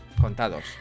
Contados